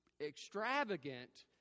extravagant